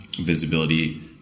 visibility